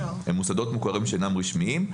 הם מוסדות מוכרים שאינם רשמיים.